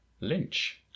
Lynch